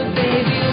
baby